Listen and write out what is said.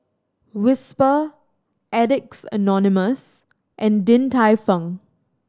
Whisper Addicts Anonymous and Din Tai Fung